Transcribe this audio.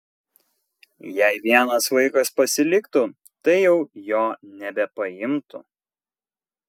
jei vienas vaikas pasiliktų tai jau jo nebepaimtų